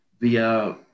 via